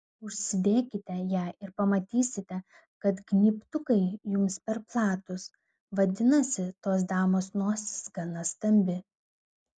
užsidėkite ją ir pamatysite kad gnybtukai jums per platūs vadinasi tos damos nosis gana stambi